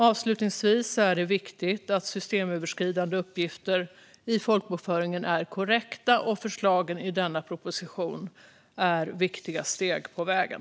Avslutningsvis är det viktigt att systemöverskridande uppgifter i folkbokföringen är korrekta, och förslagen i denna proposition är viktiga steg på vägen.